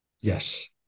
Yes